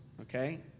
okay